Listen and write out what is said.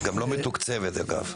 היא גם לא מתוקצבת, אגב.